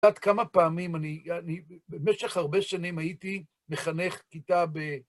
עד כמה פעמים אני, במשך הרבה שנים הייתי מחנך כיתה ב...